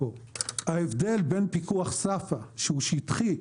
ההבדל בין פיקוח SAFA שהוא שטחי,